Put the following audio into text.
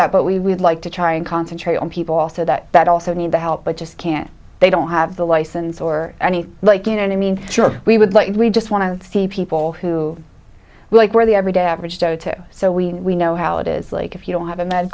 that but we would like to try and concentrate on people also that that also need the help but just can't they don't have the license or any like you know i mean sure we would like we just want to see people who like where the every day average go to so we know how it is like if you don't have a